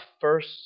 first